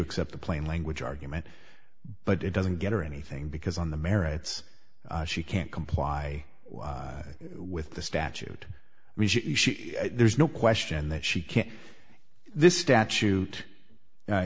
accept the plain language argument but it doesn't get her anything because on the merits she can't comply with the statute there's no question that she can't this statute